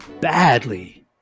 badly